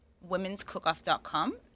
Women'scookoff.com